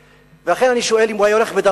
לכן אני שואל אם הוא היה הולך בדרכו של בן-ארי,